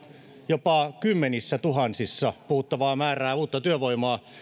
jopa kymmenissätuhansissa puhuttavaa määrää uutta työvoimaa